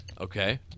Okay